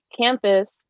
campus